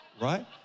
right